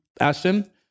Ashton